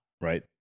right